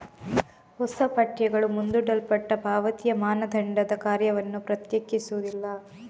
ಹೊಸ ಪಠ್ಯಗಳು ಮುಂದೂಡಲ್ಪಟ್ಟ ಪಾವತಿಯ ಮಾನದಂಡದ ಕಾರ್ಯವನ್ನು ಪ್ರತ್ಯೇಕಿಸುವುದಿಲ್ಲ